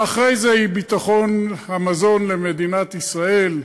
ואחרי זה היא ביטחון המזון של מדינת ישראל,